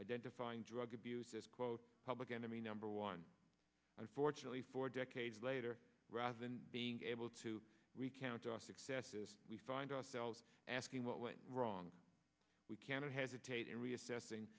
identifying drug abuse as quote public enemy number one unfortunately for decades later rather than being able to recount our successes we find ourselves asking what went wrong we cannot hesitate in reassess